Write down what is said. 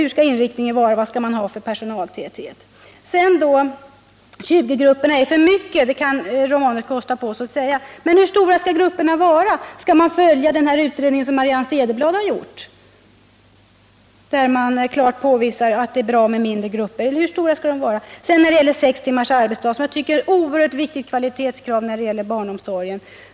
Hurdan skall inriktningen vara, och vad skall det vara för personaltäthet? Att 20-grupperna är allför stora kan Gabriel Romanus kosta på sig att säga. Men hur stora skall grupperna vara? Skall man följa den utredning som Marianne Cederblad har gjort, där hon klart påvisar att det är bra med mindre grupper, eller hur stora skall de vara? När det gäller sex timmars arbetsdag vill jag framhålla att det är ett oerhört viktigt kvalitetskrav i samband med barnomsorgen.